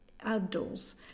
outdoors